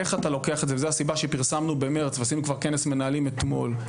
וזו הסיבה שפרסמנו במרץ ועשינו כבר כנס מנהלים אתמול.